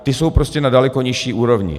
Ty jsou prostě na daleko nižší úrovni.